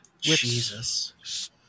Jesus